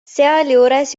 sealjuures